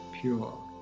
pure